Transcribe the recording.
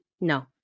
no